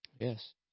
Yes